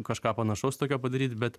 kažką panašaus tokio padaryti bet